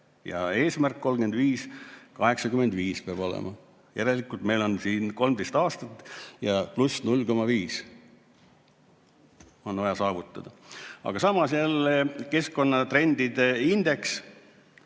aastaks 2035: 85 peab olema. Järelikult meil on siin 13 aastat aega ja pluss 0,5 on vaja saavutada. Aga samas jälle keskkonnatrendide indeks,